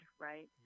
right